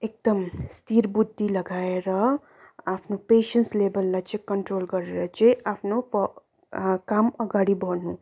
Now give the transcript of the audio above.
एकदम स्थिर बुद्धि लगाएर आफ्नो पेसेन्स लेभललाई चाहिँ कन्ट्रोल गरेर चाहिँ आफ्नो प काम अगाडि बढ्नु